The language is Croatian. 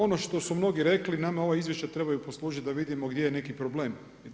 Ono što su mnogi rekli, nama ovo izvješća trebaju poslužiti da vidimo gdje je neki problem.